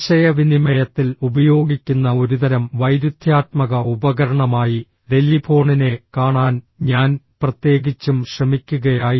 ആശയവിനിമയത്തിൽ ഉപയോഗിക്കുന്ന ഒരുതരം വൈരുദ്ധ്യാത്മക ഉപകരണമായി ടെലിഫോണിനെ കാണാൻ ഞാൻ പ്രത്യേകിച്ചും ശ്രമിക്കുകയായിരുന്നു